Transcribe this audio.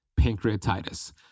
pancreatitis